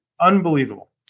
unbelievable